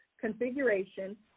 configuration